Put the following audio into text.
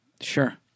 Sure